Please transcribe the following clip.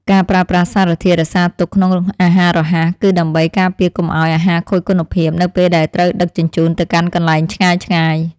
ការប្រើប្រាស់សារធាតុរក្សាទុកក្នុងអាហាររហ័ស គឺដើម្បីការពារកុំឲ្យអាហារខូចគុណភាពនៅពេលដែលត្រូវដឹកជញ្ជូនទៅកាន់កន្លែងឆ្ងាយៗ។